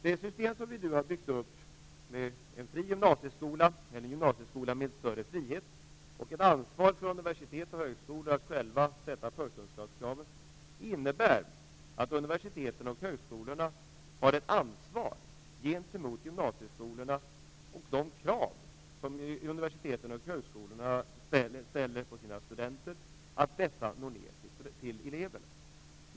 Det system som vi nu har byggt upp med en gymnasieskola med större frihet, och ett ansvar för universitet och högskolor att själva ställa förkunskapskraven, innebär att universiteten och högskolorna har ett ansvar gentemot gymnasieskolorna att de krav som universiteten och högskolorna ställer på sina studenter når ner till eleverna.